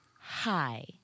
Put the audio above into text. Hi